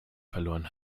verloren